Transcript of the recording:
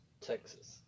Texas